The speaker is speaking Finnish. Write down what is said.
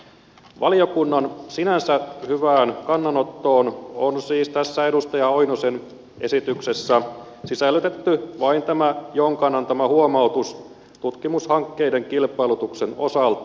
valiokunnan sinänsä hyvään kannanottoon on siis tässä edustaja oinosen esityksessä sisällytetty vain tämä jonkan antama huomautus tutkimushankkeiden kilpailutuksen osalta